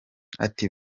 ati